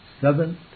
Seventh